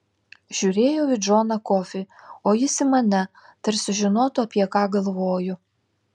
žiūrėjau į džoną kofį o jis į mane tarsi žinotų apie ką galvoju